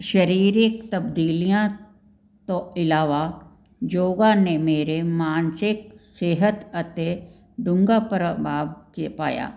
ਸਰੀਰਿਕ ਤਬਦੀਲੀਆਂ ਤੋਂ ਇਲਾਵਾ ਯੋਗਾ ਨੇ ਮੇਰੇ ਮਾਨਸਿਕ ਸਿਹਤ ਅਤੇ ਡੂੰਘਾ ਪ੍ਰਭਾਵ ਕੇ ਪਾਇਆ